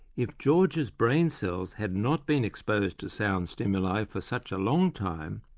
if george's brain cells had not been exposed to sound stimuli for such a long time,